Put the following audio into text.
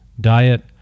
diet